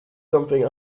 something